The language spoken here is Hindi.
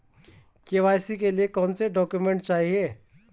के.वाई.सी के लिए कौनसे डॉक्यूमेंट चाहिये?